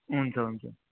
हुन्छ हुन्छ